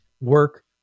work